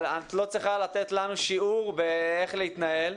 אבל את לא צריכה לתת לנו שיעור איך להתנהל,